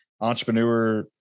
Entrepreneur